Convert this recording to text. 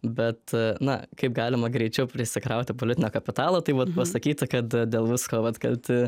bet na kaip galima greičiau prisikrauti politinio kapitalo tai vat pasakyti kad dėl visko vat kalti